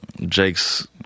Jake's